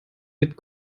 mit